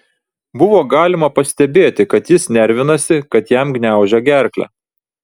buvo galima pastebėti kad jis nervinasi kad jam gniaužia gerklę